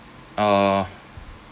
uh